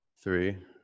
Three